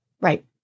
right